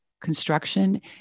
construction